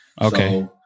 Okay